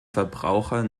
verbraucher